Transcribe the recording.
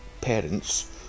parents